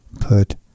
Put